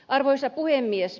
arvoisa puhemies